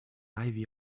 ivy